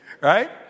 Right